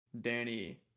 danny